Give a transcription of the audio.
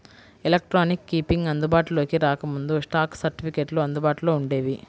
electronic keeping అందుబాటులోకి రాకముందు, stock సర్టిఫికెట్లు అందుబాటులో వుండేవి